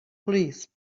police